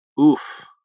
oof